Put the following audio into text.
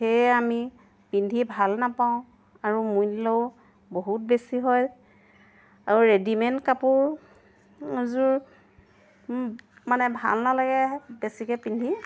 সেয়ে আমি পিন্ধি ভাল নাপাওঁ আৰু মূল্যও বহুত বেছি হয় আৰু ৰেডিমেড কাপোৰযোৰ মানে ভাল নালাগে বেছিকৈ পিন্ধি